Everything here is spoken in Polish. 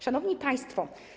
Szanowni Państwo!